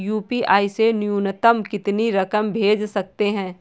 UPI से न्यूनतम कितनी रकम भेज सकते हैं?